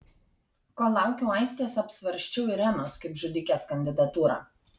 kol laukiau aistės apsvarsčiau irenos kaip žudikės kandidatūrą